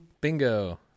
Bingo